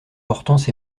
hortense